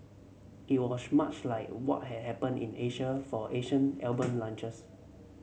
it was much like what had happened in Asia for Asian album launches